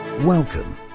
Welcome